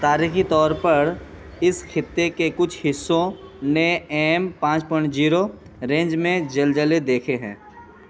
تاریخی طور پر اس خطے کے کچھ حصوں نے ایم پانچ پوائنٹ جیرو رینج میں زلزلے دیکھے ہیں